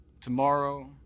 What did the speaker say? tomorrow